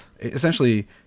essentially